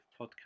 podcast